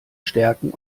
stärken